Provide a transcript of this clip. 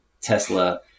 Tesla